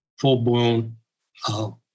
full-blown